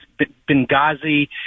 Benghazi